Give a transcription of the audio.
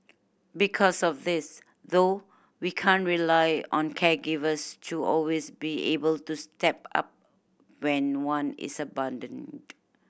because of this though we can't rely on caregivers to always be able to step up when one is abandoned